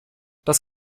das